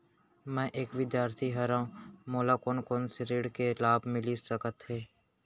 मैं एक विद्यार्थी हरव, मोला कोन से ऋण के लाभ मिलिस सकत हे?